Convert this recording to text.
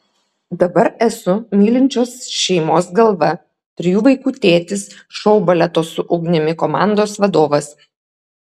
dabar esu mylinčios šeimos galva trijų vaikų tėtis šou baleto su ugnimi komandos vadovas